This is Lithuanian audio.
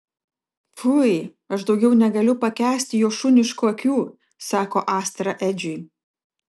fui aš daugiau negaliu pakęsti jo šuniškų akių sako astra edžiui